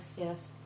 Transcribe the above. yes